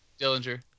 Dillinger